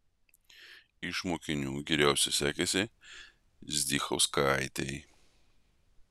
iš mokinių geriausiai sekėsi zdzichauskaitei